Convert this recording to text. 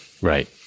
Right